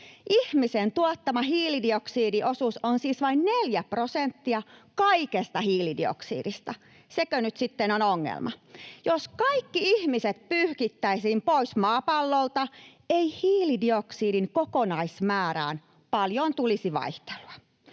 Ihmisen tuottama hiilidioksidiosuus on siis vain 4 prosenttia kaikesta hiilidioksidista. Sekö nyt sitten on ongelma? Jos kaikki ihmiset pyyhittäisiin pois maapallolta, ei hiilidioksidin kokonaismäärään paljon tulisi vaihtelua.